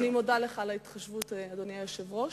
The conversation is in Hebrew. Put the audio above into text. אני מודה לך על ההתחשבות, אדוני היושב-ראש.